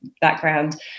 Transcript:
background